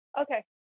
okay